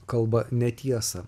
kalba netiesą